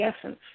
essence